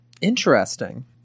interesting